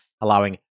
allowing